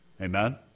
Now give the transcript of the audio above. Amen